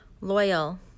Loyal